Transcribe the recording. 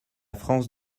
france